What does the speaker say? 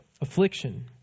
Affliction